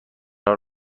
حال